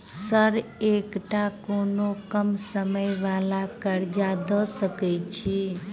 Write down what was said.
Sir एकटा कोनो कम समय वला कर्जा दऽ सकै छी?